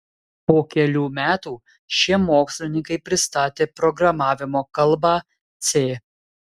po kelių metų šie mokslininkai pristatė programavimo kalbą c